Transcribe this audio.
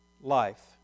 life